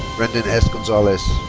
brendon s. gonzales.